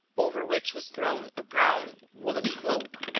over which was thrown a brown woollen cloak,